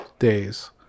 days